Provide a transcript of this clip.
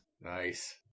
Nice